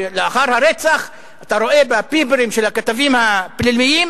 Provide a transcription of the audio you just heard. כשלאחר הרצח אתה רואה בביפרים של הכתבים הפליליים: